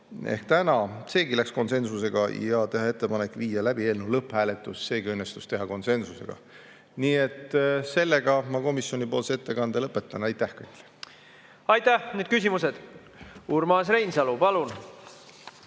ehk täna, seegi läks konsensusega, ja teha ettepanek viia läbi eelnõu lõpphääletus, seegi õnnestus teha konsensusega. Sellega ma komisjoni ettekande lõpetan. Aitäh! Aitäh! Nüüd küsimused. Urmas Reinsalu, palun!